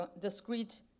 discrete